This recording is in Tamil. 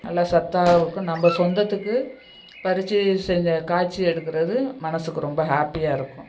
நல்லா சத்தாகவும் இருக்கும் நம்ப சொந்தத்துக்கு பறிச்சு செஞ் காய்ச்சு எடுக்கறது மனசுக்கு ரொம்ப ஹேப்பியாக இருக்கும்